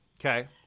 Okay